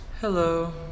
Hello